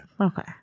Okay